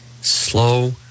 Slow